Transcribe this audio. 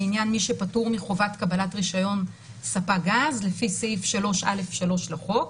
לעניין מי שפטור מחובת קבלת רישיון ספק גז לפי סעיף 3(א)(3) לחוק,